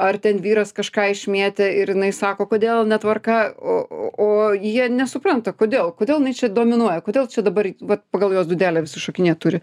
ar ten vyras kažką išmėtė ir jinai sako kodėl netvarka o o o jie nesupranta kodėl kodėl jinai čia dominuoja kodėl čia dabar vat pagal jos dūdelę visi šokinėt turi